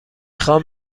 خوام